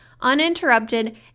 uninterrupted